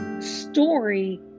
story